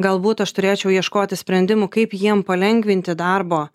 galbūt aš turėčiau ieškoti sprendimų kaip jiem palengvinti darbo